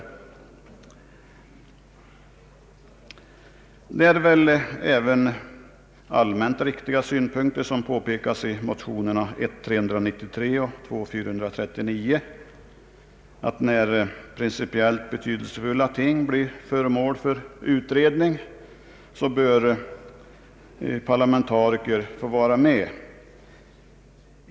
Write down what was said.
Det är väl även allmänt sett riktiga synpunkter som framföres i motionerna 1:393 och II:439, att när principiellt betydelsefulla ting blir föremål för utredning, så bör parlamentariker få vara med.